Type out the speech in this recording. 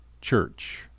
church